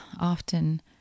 often